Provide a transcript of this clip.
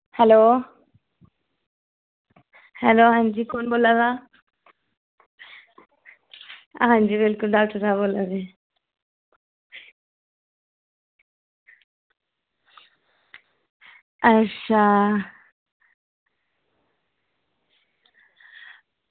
hello hello हां जी कौन बोला दा हां जी बिलकुल डॉक्टर साह्ब बोला दे अच्छा